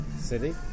City